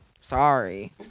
sorry